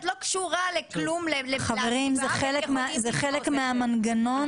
התירוץ כביכול למחדלים של המשטרה שלא מפענחים